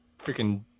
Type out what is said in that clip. freaking